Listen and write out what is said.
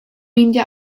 meindio